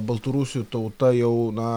baltarusių tauta jau na